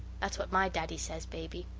that's what my daddy says, baby.